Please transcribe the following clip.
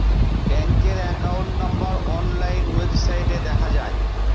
ব্যাঙ্কের account number online ওয়েবসাইটে দেখা যায়